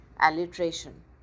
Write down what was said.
alliteration